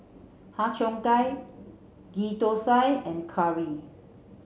Har Cheong Gai Ghee Thosai and Curry